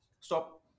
stop